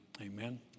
amen